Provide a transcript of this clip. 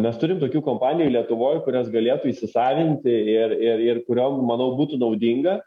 mes turim tokių kompanijų lietuvoj kurios galėtų įsisavint ir ir ir kuriom manau būtų naudinga